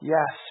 Yes